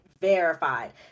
verified